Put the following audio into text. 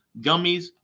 gummies